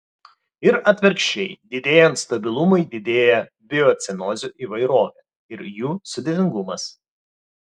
ir atvirkščiai didėjant stabilumui didėja biocenozių įvairovė ir jų sudėtingumas